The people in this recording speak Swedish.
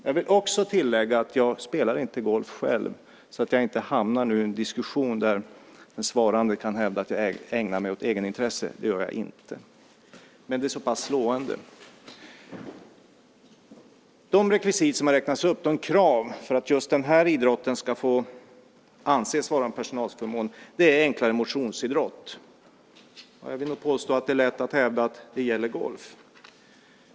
Jag vill också tillägga att jag själv inte spelar golf - så att jag inte hamnar i en diskussion där den svarande kan hävda att jag ägnar mig åt egenintresse. Det gör jag inte. Men det är så pass slående. Det har räknats upp rekvisit, krav för att just den här idrotten ska anses vara en personalförmån. Det är först att det ska vara "enklare motionsidrott". Jag vill nog påstå att det är lätt att hävda att det gäller golf.